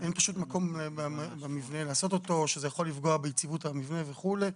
אין מקום במבנה לעשות אותו או שזה יכול לפגוע ביציבות המבנה וכולי.